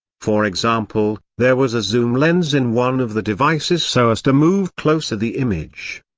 for example, there was a zoom lens in one of the devices so as to move closer the image.